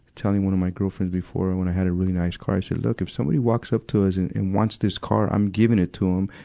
telling one of my girlfriends before and when i had a really nice car. i said, look, if somebody walks up to us and wants this car, i'm giving it to em.